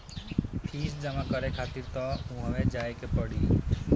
fees जमा करे खातिर तअ उहवे जाए के पड़ी